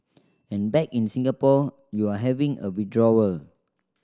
and back in Singapore you're having a withdrawal